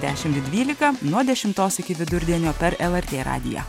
dešimt dvylika nuo dešimtos iki vidurdienio per lrt radiją